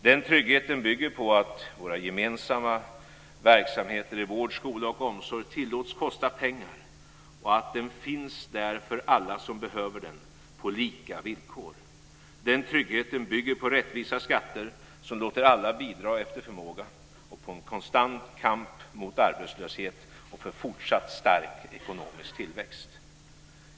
Den tryggheten bygger på att vår gemensamma verksamhet i vård, skola och omsorg tillåts kosta pengar, och att den finns där för alla som behöver den på lika villkor. Den tryggheten bygger på rättvisa skatter som låter alla bidra efter förmåga och på en konstant kamp mot arbetslöshet och för fortsatt stark ekonomisk tillväxt.